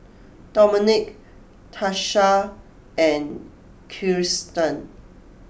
Domonique Tarsha and Kirsten